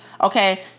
Okay